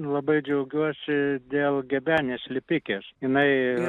labai džiaugiuosi dėl gebenės lipikės jinai